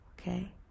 Okay